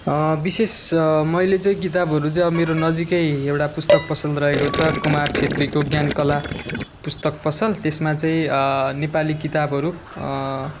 बिशेष मैले चाहिँ किताबहरू चाहिँ अब मेरो नजिकै एउटा पुस्तक पसल रहेको छ कुमार छेत्रीको ज्ञानकला पुस्तक पसल त्यसमा चाहिँ नेपाली किताबहरू